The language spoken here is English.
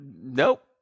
Nope